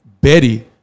Betty